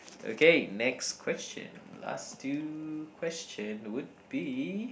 okay next question last two question would be